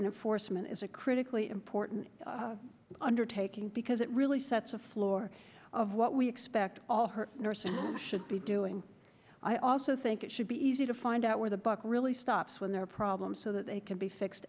and foresman is a critically important undertaking because it really sets a floor of what we expect all her nursing should be doing i also think it should be easy to find out where the buck really stops when there are problems so that they can be fixed